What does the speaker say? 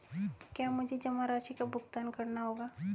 क्या मुझे जमा राशि का भुगतान करना होगा?